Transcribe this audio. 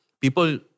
people